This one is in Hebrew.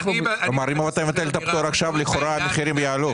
אם לא תבטל את הפטור עכשיו המחירים יעלו,